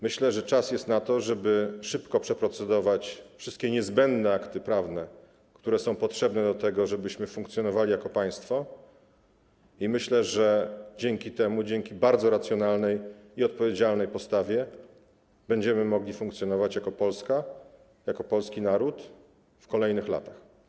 Myślę, że czas jest na to, żeby szybko przeprocedować wszystkie niezbędne akty prawne, które są potrzebne do tego, żebyśmy funkcjonowali jako państwo, i myślę, że dzięki temu, dzięki bardzo racjonalnej i odpowiedzialnej postawie, będziemy mogli funkcjonować jako Polska, jako polski naród w kolejnych latach.